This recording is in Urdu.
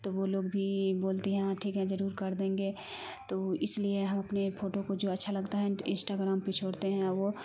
تو وہ لوگ بھی بولتی ہیں ہاں ٹھیک ہے ضرور کر دیں گے تو اس لیے ہم اپنے پھوٹو کو جو اچھا لگتا ہے انسٹاگڑام پہ چھوڑتے ہیں اور وہ